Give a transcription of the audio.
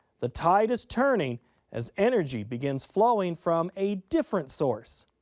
the tide is turning as energy begins flowing from a different source.